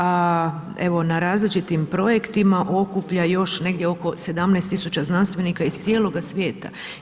A evo na različitim projektima okuplja još negdje oko 17 tisuća znanstvenika iz cijeloga svijeta.